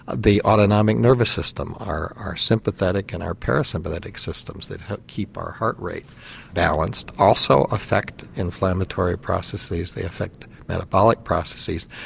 the autonomic nervous system, our our sympathetic and our parasympathetic systems, they help keep our heart rate balanced and also affect inflammatory processes, they affect metabolic processes.